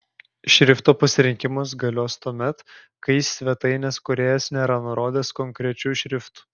šrifto pasirinkimas galios tuomet kai svetainės kūrėjas nėra nurodęs konkrečių šriftų